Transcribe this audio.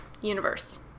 universe